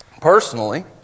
personally